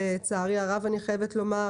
לצערי הרב אני חייבת לומר,